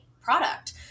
product